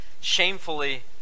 shamefully